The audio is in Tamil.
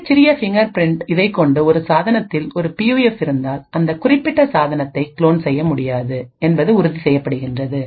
மிகச் சிறிய பிங்கர் பிரிண்ட்இதைக்கொண்டு ஒரு சாதனத்தில் ஒரு பியூஎஃப் இருந்தால் அந்த குறிப்பிட்ட சாதனத்தை குளோன் செய்ய முடியாது என்பது உறுதி செய்யப்படுகிறது